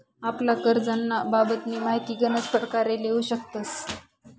आपला करजंना बाबतनी माहिती गनच परकारे लेवू शकतस